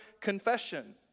confession